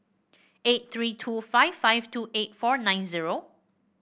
eight three two five five two eight four nine zero